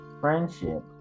Friendship